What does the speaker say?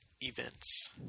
events